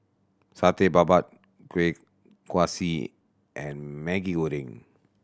Satay Babat Kuih Kaswi and Maggi Goreng